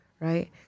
right